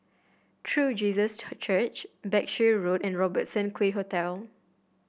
True Jesus Church Berkshire Road and Robertson Quay Hotel